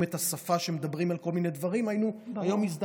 את השפה שמדברים בה על כל מיני דברים והיינו מזדעזעים.